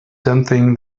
something